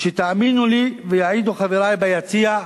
שתאמינו לי, ויעידו חברי ביציע,